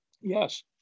Yes